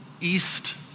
east